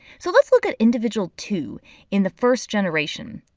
so let's look at individual two in the first generation.